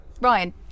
Ryan